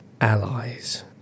allies